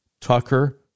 Tucker